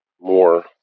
more